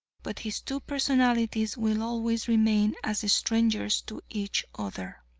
but his two personalities will always remain as strangers to each other.